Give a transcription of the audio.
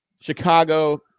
Chicago